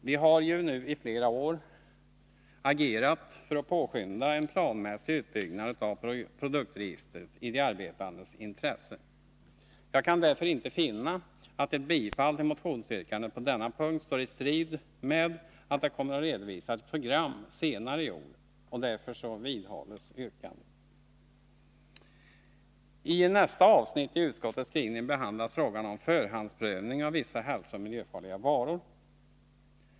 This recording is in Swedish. Vi har nu i flera år agerat för att påskynda en planmässig uppbyggnad av produktregistret i de arbetandes intresse. Jag kan därför inte finna att ett bifall till motionsyrkandet på denna punkt kan stå i strid med att det kommer att redovisas ett program senare i år. Yrkandet vidhålles därför. I nästa avsnitt i utskottets skrivning behandlas frågan om förhandsprövning av vissa hälsooch miljöfarliga varor.